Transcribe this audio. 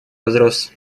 возрос